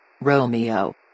Romeo